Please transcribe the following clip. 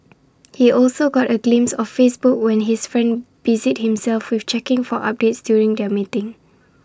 he also got A glimpse of Facebook when his friend busied himself with checking for updates during their meeting